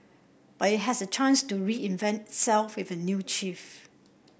but it has a chance to reinvent itself with a new chief